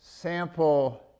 sample